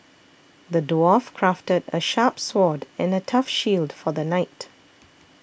the dwarf crafted a sharp sword and a tough shield for the knight